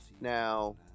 Now